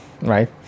right